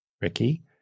Ricky